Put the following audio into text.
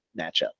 matchup